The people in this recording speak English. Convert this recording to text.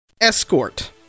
Escort